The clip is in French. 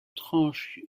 tranche